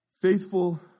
Faithful